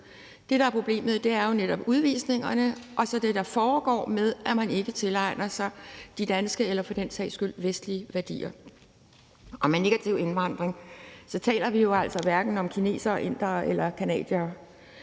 Det, der er problemet, er jo netop udvisningerne og så det, der foregår, med, at man ikke tilegner sig de danske eller for den sags skyld vestlige værdier. Og med negativ indvandring taler vi jo altså hverken om kinesere, indere eller canadiere,